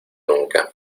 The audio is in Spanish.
nunca